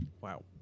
Wow